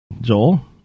Joel